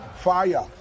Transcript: Fire